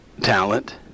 talent